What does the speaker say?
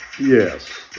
Yes